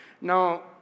Now